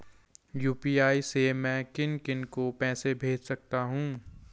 UPI से मैं किन किन को पैसे भेज सकता हूँ?